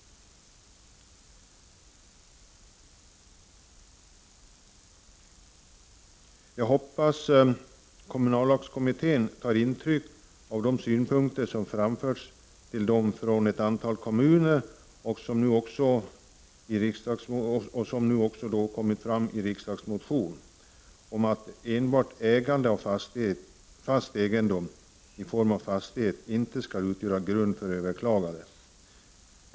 Jag hoppas att kommunallagskommittén tar intryck av de synpunkter, som framförts från ett antal kommuner och som nu också kommit fram i en riksdagsmotion, om att enbart ägande av fast egendom inte skall utgöra grund för överklaganderätt.